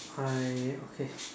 I okay